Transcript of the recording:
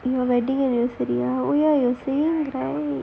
your wedding anniversary ah